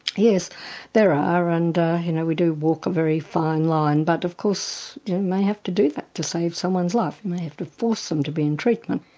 yes there are, and you know we do walk a very fine line. but of course you may have to do that to save someone's life, you and may have to force them to be in treatment.